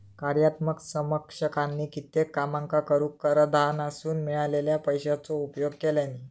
कार्यात्मक समकक्षानी कित्येक कामांका करूक कराधानासून मिळालेल्या पैशाचो उपयोग केल्यानी